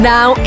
Now